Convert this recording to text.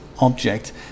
object